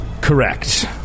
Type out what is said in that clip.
Correct